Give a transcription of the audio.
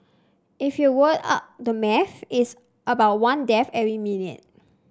if you work out the maths it's about one death every minute